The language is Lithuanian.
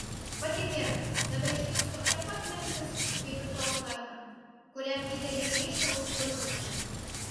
patikėk tave ištiks tokia pat lemtis kaip ir tavo tarną kuriam įdiegei ryžtą užpulti mane